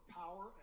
power